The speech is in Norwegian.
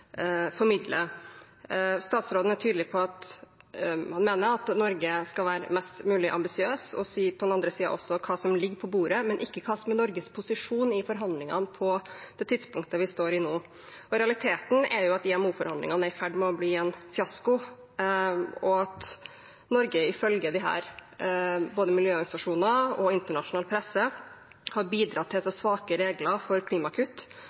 Statsråden er tydelig på at han mener at Norge skal være mest mulig ambisiøse og si hva som ligger på bordet, men ikke hva som er Norges posisjon i forhandlingene på det tidspunktet vi står i nå. Realiteten er jo at IMO-forhandlingene er i ferd med å bli en fiasko, og at Norge ifølge både miljøorganisasjoner og internasjonal presse har bidratt til så svake regler for klimakutt